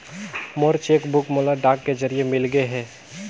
मोर cheque book मोला डाक के जरिए मिलगे हे